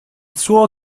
suo